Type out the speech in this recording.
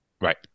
Right